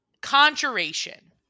conjuration